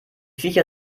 viecher